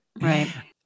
Right